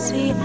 See